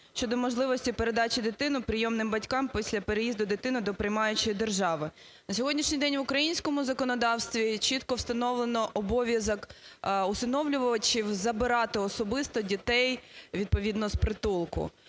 щодо можливості передачі дитини прийомним батькам після переїзду дитини до приймаючої держави. На сьогоднішній день в українському законодавстві чітко встановлено обов'язок усиновлювачів забирати особисто дітей відповідно з притулку.